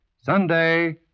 Sunday